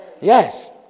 Yes